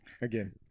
again